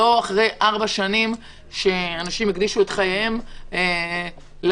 לא אחרי ארבע שנים שאנשים הקדישו את חייהם למקצוע,